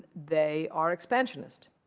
they are expansionist.